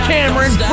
Cameron